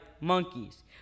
monkeys